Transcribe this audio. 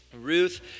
Ruth